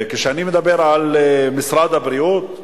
כשאני מדבר על משרד הבריאות,